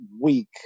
week